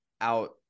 out